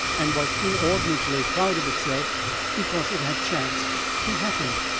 and was inordinately proud of itself because it had chanced to happen.